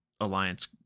alliance